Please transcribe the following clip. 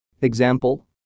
Example